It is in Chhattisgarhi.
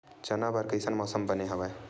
चना बर कइसन मौसम बने हवय?